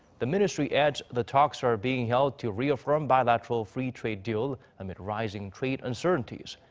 the ministry adds, the talks are being held to reaffirm bilateral free trade deal amid rising trade uncertainties.